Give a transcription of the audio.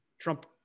Trump